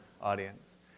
audience